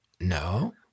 no